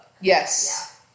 Yes